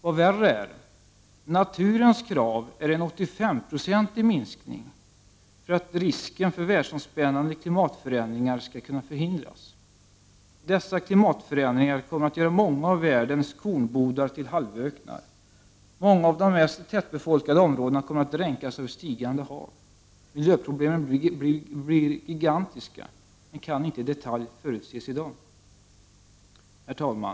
Vad värre är — naturens krav är en 85-procentig minskning för att risken för världsomspännande klimatförändringar skall kunna förhindras. Dessa klimatförändringar kommer att göra många av världens kornbodar till halvöknar. Många av de mest tättbefolkade områdena kommer att dränkas av ett stigande hav. Miljöproblemen blir gigantiska, men kan inte i detalj förutses i dag. Herr talman!